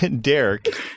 Derek